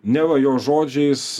neva jo žodžiais